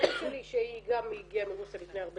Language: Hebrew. -- -שהיא גם הגיעה מרוסיה לפני הרבה